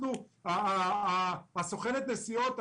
סוכנת נסיעות,